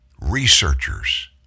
Researchers